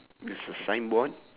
with a signboard